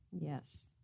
Yes